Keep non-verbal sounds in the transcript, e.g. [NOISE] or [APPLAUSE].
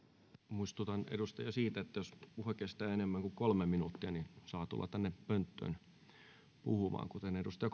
muistutan edustajia siitä että jos puhe kestää enemmän kuin kolme minuuttia niin saa tulla tänne pönttöön puhumaan kuten edustaja [UNINTELLIGIBLE]